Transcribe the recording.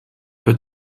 put